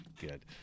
Good